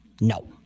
no